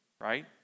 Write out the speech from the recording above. right